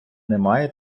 немає